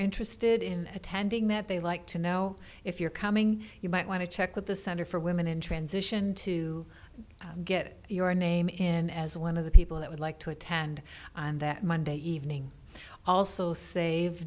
interested in attending that they like to know if you're coming you might want to check with the center for women in transition to get your name in as one of the people that would like to attend on that monday evening also save